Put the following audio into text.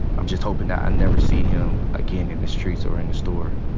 i'm just hoping that i never see him again in the streets or in a store.